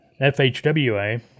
FHWA